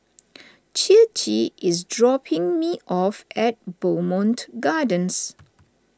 Ciji is dropping me off at Bowmont Gardens